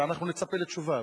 ואנחנו נצפה לתשובה.